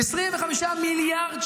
25 מיליארד.